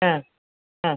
ആ ആ